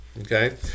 Okay